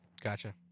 Gotcha